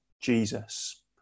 Jesus